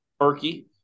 Turkey